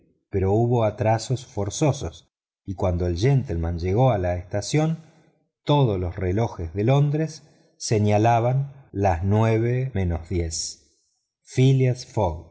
pero hubo atrasos forzosos y cuando el gentleman llegó a la estación todos los relojes de londres señalaban las nueve menos diez phileas